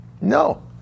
No